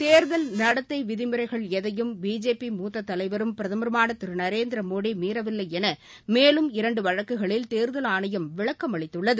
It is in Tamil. தேர்தல் நடத்தை விதிமுறைகள் எதையும் பிஜேபி மூத்த தலைவரும் பிரதமருமான திரு நரேந்திர மோடி மீறவில்லை என மேலும் இரண்டு வழக்குகளில் தோதல் ஆணையம் விளக்கம் அளித்துள்ளது